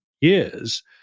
years